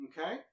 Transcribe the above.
Okay